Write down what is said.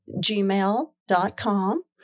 gmail.com